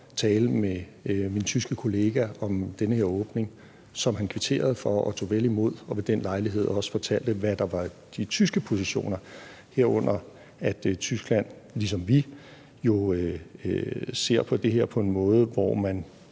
tale med min tyske kollega om den her åbning, og det kvitterede han for og tog vel imod. Ved den lejlighed fortalte han også, hvad der var de tyske positioner, herunder at Tyskland ligesom os jo ser på det her på den måde, at man,